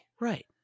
right